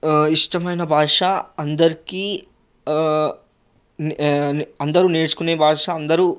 ఇష్టమైన భాష అందరికీ అదే అందరూ నేర్చుకునే భాష అందరూ